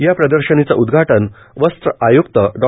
या प्रदर्शनीचं उद्घाटन वस्त्र आयुक्त डॉ